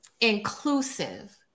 inclusive